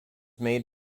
made